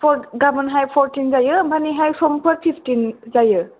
गाबोनहाय फरटिन जायो ओमफ्रायनिहाय समफोर फिफटिन जायो